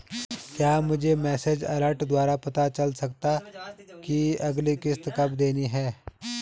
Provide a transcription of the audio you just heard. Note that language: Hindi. क्या मुझे मैसेज अलर्ट द्वारा पता चल सकता कि अगली किश्त कब देनी है?